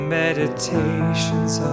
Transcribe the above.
meditations